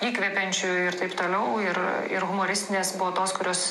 įkvepiančių ir taip toliau ir ir humoristinės buvo tos kurios